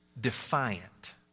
defiant